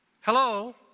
Hello